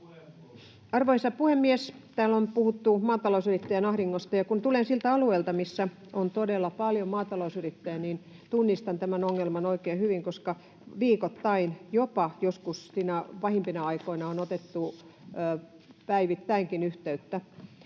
Arvoisa puhemies! Täällä on puhuttu maatalousyrittäjien ahdingosta, ja kun tulen siltä alueelta, missä on todella paljon maatalousyrittäjiä, tunnistan tämän ongelman oikein hyvin, koska viikoittain ja jopa päivittäinkin joskus siinä pahimpina aikoina on otettu yhteyttä.